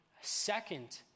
second